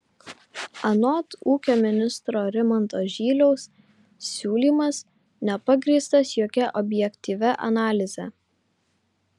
anot ūkio ministro rimanto žyliaus siūlymas nepagrįstas jokia objektyvia analize